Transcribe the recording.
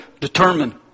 determine